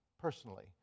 personally